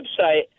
website